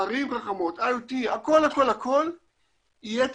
ערים חכמות, IT, הכלה כל יהיה טכנולוגי.